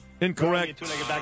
Incorrect